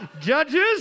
Judges